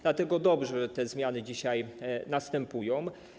Dlatego dobrze, że te zmiany dzisiaj następują.